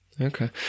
Okay